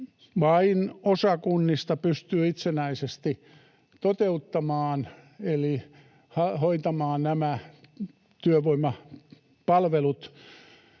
vain osa kunnista pystyy itsenäisesti toteuttamaan eli hoitamaan nämä työvoimapalvelut